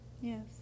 yes